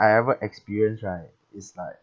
I ever experienced right it's like